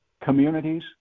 communities